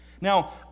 Now